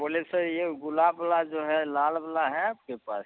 बोले सर यह गुलाब वाला जो है लाल वाला है आपके पास में